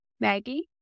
Maggie